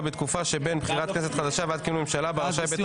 בתקופה שבין בחירת כנסת חדשה ועד כינון ממשלה בה רשאי בית